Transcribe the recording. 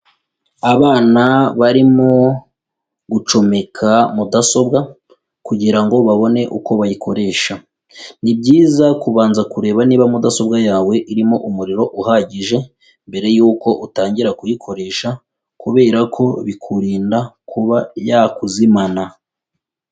Abana barimo gucomeka mudasobwa kugira ngo babone uko bayikoresha, ni byiza kubanza kureba niba mudasobwa yawe irimo umuriro uhagije mbere yuko utangira kuyikoresha kubera ko bikurinda kuba yakuzimana.